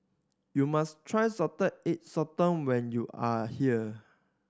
you must try Salted Egg Sotong when you are here